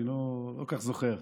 אני לא כל כך זוכר.